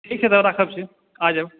ठीक छै तऽ राखै छी आऽ जायब ठीक